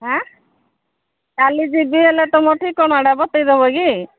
ଆଁ କାଲି ଯିବି ହେଲେ ତୁମ ଠିକଣାଟା କହି ଦେବ କି